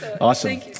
Awesome